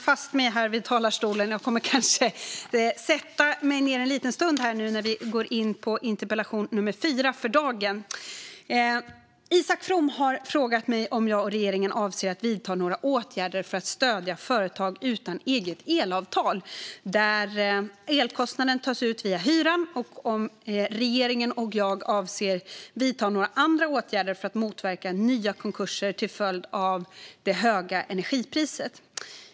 Fru talman! har frågat mig om jag och regeringen avser att vidta några åtgärder för att stödja företag utan eget elavtal där elkostnaden tas ut via hyran och om jag och regeringen avser att vidta några andra åtgärder för att motverka nya konkurser till följd av det höga energipriset.